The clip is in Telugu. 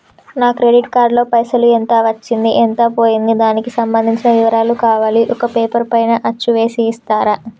నా క్రెడిట్ కార్డు లో పైసలు ఎంత వచ్చింది ఎంత పోయింది దానికి సంబంధించిన వివరాలు కావాలి ఒక పేపర్ పైన అచ్చు చేసి ఇస్తరా?